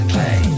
Play